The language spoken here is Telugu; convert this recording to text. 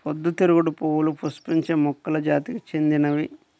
పొద్దుతిరుగుడు పువ్వులు పుష్పించే మొక్కల జాతికి చెందినవి